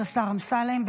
השר אמסלם.